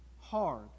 hard